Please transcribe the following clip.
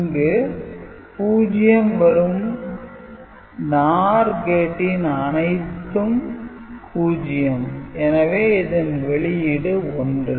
இங்கு 0 வரும் NOR கேட்டின் அனைத்தும் 0 எனவே இதன் வெளியீடு 1